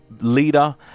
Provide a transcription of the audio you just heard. Leader